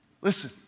Listen